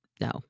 no